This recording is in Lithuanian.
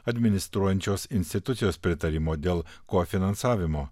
administruojančios institucijos pritarimo dėl kofinansavimo